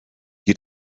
you